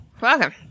welcome